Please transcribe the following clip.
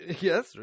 Yes